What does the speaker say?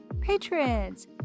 patrons